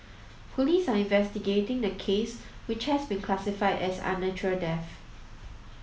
police are investigating the case which has been classified as an unnatural death